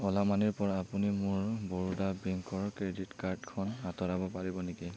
অ'লা মানিৰ পৰা আপুনি মোৰ বৰোদা বেংকৰ ক্ৰেডিট কাৰ্ডখন আঁতৰাব পাৰিব নেকি